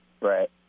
Right